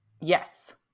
Yes